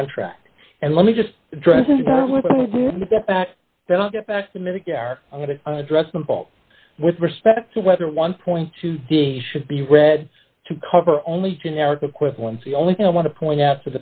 contract and let me just address and then i'll get back to medicare i'm going to address the ball with respect to whether one point two d should be read to cover only generic equivalents the only thing i want to point out